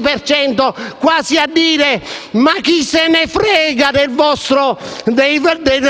per cento, quasi a dire: ma chi se ne frega delle